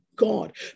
God